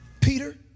Peter